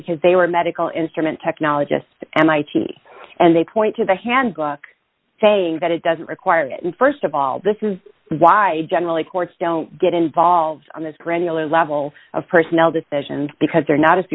because they were medical instrument technologist mit and they point to the handbook saying that it doesn't require it and st of all this is why generally courts don't get involved on this granular level of personnel decisions because they're not as